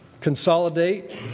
consolidate